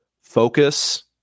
Focus